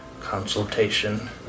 consultation